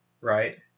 right